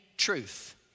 truth